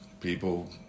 people